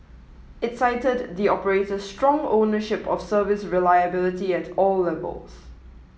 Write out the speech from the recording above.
it cited the operator's strong ownership of service reliability at all levels